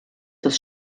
das